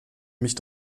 mich